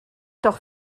doch